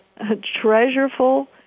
treasureful